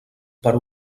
per